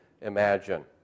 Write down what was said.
imagine